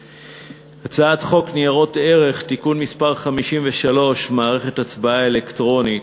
ונעבור להצעת חוק ניירות ערך (תיקון מס' 53) (מערכת הצבעה אלקטרונית),